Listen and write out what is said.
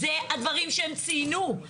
זה הדברים שהם ציינו,